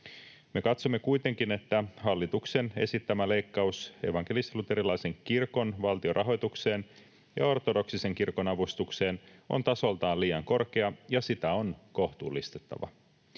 Me katsomme kuitenkin, että hallituksen esittämä leikkaus evankelis-luterilaisen kirkon valtionrahoitukseen ja ortodoksisen kirkon avustukseen on tasoltaan liian korkea ja sitä on kohtuullistettava.